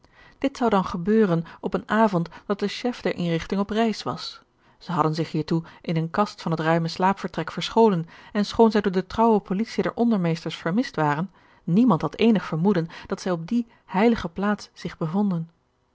dit zou dan gebeuren op een avond dat de chef der inrigting op reis was zij hadden zich hiertoe in eene kast van het ruime slaapvertrek verscholen en schoon zij door de trouwe politie der ondermeesters vermist waren niemand had eenig vermoeden dat zij op die heilige plaats zich bevonden